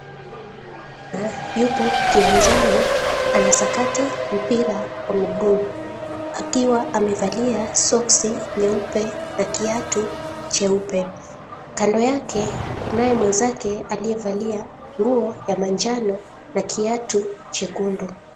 Mchezaji yupo kiwanjani anasakata mpira wa miguu akiwa amevalia soksi nyeupe na kiatu cheupe. Kando yake kunae mwenzake alievalia nguo ya manjano na kiatu chekundu.